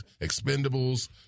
Expendables